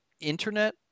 internet